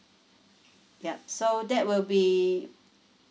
yup so that will be